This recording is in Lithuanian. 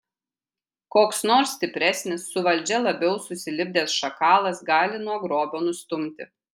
koks nors stipresnis su valdžia labiau susilipdęs šakalas gali nuo grobio nustumti